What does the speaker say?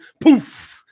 poof